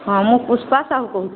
ହଁ ମୁଁ ପୁଷ୍ପା ସାହୁ କହୁଛି